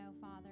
Father